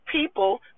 people